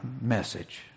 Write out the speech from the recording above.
message